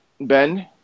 Ben